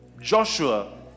Joshua